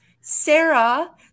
Sarah